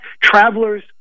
Travelers